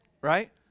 Right